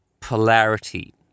polarity